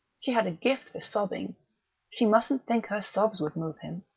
she had a gift for sobbing she mustn't think her sobs would move him.